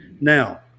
Now